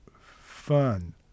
fun